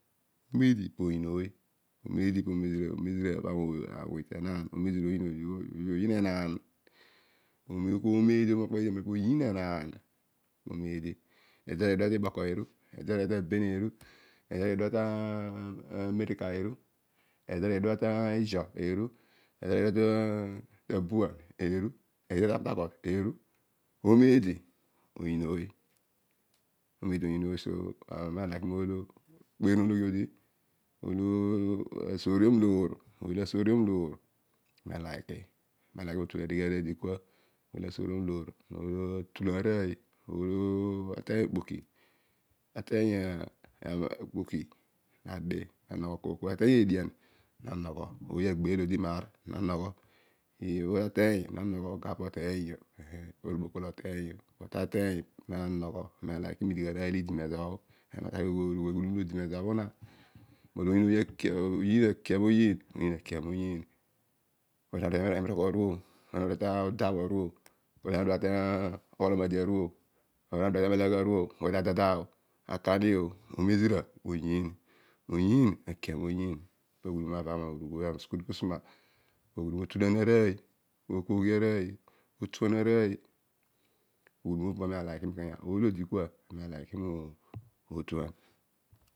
Omedi pooyiin ooy oonodi pa awuny tenaan oomezira oyiin odigh ooy ooma okpobho idi tenan aroiy obho po oyiin enaan ede idna ta aben eru ede idua ijaw eru ede idua ta awenca eru ede idua ta abua eru idua ta port harcourt eru oomeedi po yiin ooy so amem lo ama ukpeeron ologhi anuma ooy lo asoorium loor aami alike ami alike marooy lo idikua olo atulan rooy olo ateiy okpoki atriy okpoki nadi koiy kooy. n ateiy edian na nogho ibha ateiy pun ngho ga poteiyio ateiy puna nogho ami alike mi digh arooy lidikua na ami na try na morugh oyiin acare moyiin ana udua to odau aru o ana udua temirikpoko aru o ana udua tokolomade aru o ana udua emelego aru akani o oomezira oyiin otulan aroiy aghudum opo ami alike mikenya ooy lo dikua ami alike motuan